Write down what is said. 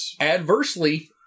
adversely